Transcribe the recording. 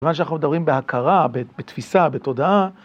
במה שאנחנו מדברים בהכרה, בתפישה, בתודעה.